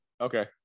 okay